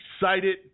excited